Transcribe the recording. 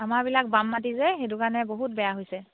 আমাৰবিলাক বাম মাটি যে সেইটো কাৰণে বহুত বেয়া হৈছে